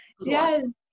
yes